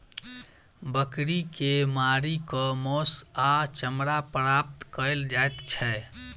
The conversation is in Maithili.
बकरी के मारि क मौस आ चमड़ा प्राप्त कयल जाइत छै